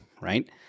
right